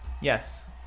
Yes